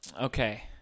Okay